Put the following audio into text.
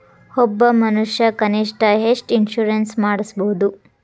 ಒಬ್ಬ ಮನಷಾ ಕನಿಷ್ಠ ಎಷ್ಟ್ ಇನ್ಸುರೆನ್ಸ್ ಮಾಡ್ಸ್ಬೊದು?